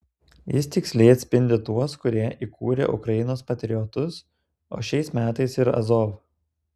jis tiksliai atspindi tuos kurie įkūrė ukrainos patriotus o šiais metais ir azov